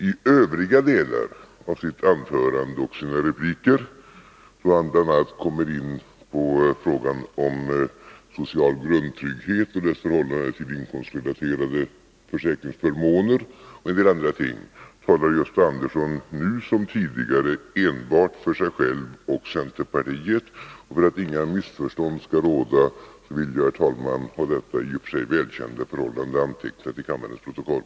I övrigt — det gäller både anförandet och replikerna — kom Gösta Andersson in på frågan om social grundtrygghet och dess förhållande till inkomstrelaterade försäkringsförmåner och en del andra ting. Han talar nu liksom tidigare enbart för sig själv och för centerpartiet. För att undvika missförstånd vill jag, herr talman, ha detta i och för sig välkända förhållande antecknat till kammarens protokoll.